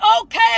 okay